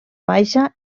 baixa